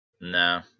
no